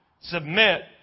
submit